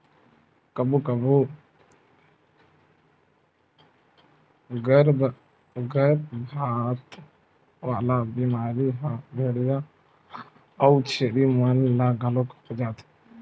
कभू कभू गरभपात वाला बेमारी ह भेंड़िया अउ छेरी मन ल घलो हो जाथे